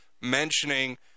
mentioning